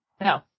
No